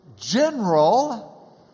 General